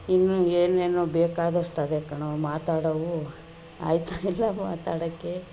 ಇನ್ನು ಏನೇನೊ ಬೇಕಾದಷ್ಟಿದೆ ಕಣೋ ಮಾತಾಡೋವು ಆಯ್ತಾ ಇಲ್ಲ ಮಾತಾಡೋಕ್ಕೆ